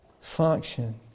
function